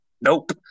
Nope